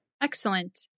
Excellent